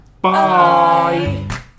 Bye